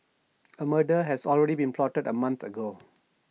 A murder had already been plotted A month ago